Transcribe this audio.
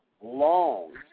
long